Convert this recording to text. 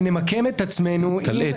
תלאה.